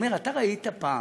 הוא אומר: אתה ראית פעם,